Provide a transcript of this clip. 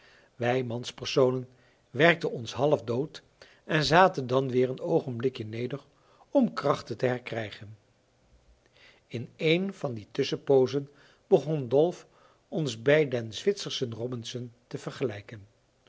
wij manspersonen werkten ons half dood en zaten dan weer een oogenblikje neder om krachten te herkrijgen in een van die tusschenpoozen begon dolf ons bij den zwitserschen robinson te vergelijken